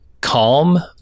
calm